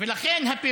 לכן, הפירוש,